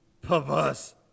perverse